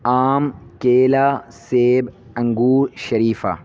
آم کیلا سیب انگور شریفہ